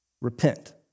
Repent